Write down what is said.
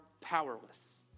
powerless